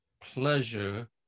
pleasure